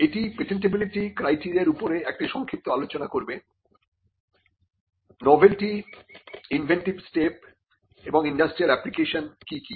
এটি পেটেন্টিবিলিটি ক্রাইটেরিয়ার উপরে একটি সংক্ষিপ্ত আলোচনা করবে নভেলটি ইনভেন্টিভ স্টেপ এবং ইন্ডাস্ট্রিয়াল এপ্লিকেশন কি কি